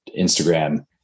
Instagram